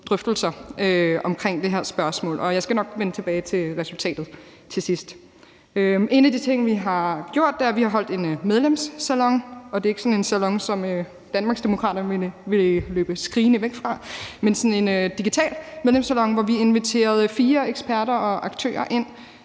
drøftelser af det her spørgsmål. Jeg skal nok vende tilbage til resultatet til sidst. En af de ting, vi har gjort, er, at vi har holdt en medlemssalon, og det er ikke sådan en salon, som Danmarksdemokraterne ville løbe skrigende væk fra, men en digital medlemssalon, hvor vi inviterede fire eksperter og aktører ind